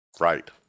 Right